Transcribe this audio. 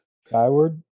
Skyward